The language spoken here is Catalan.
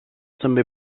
també